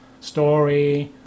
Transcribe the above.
story